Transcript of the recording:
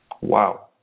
Wow